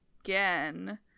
again